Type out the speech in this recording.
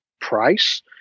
price